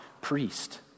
priest